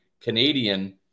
Canadian